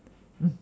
mm